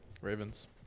Ravens